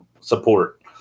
support